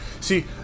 See